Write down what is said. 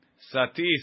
satis